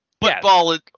Football